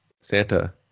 Santa